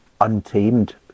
untamed